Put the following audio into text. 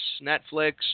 Netflix